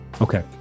Okay